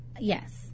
Yes